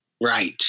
right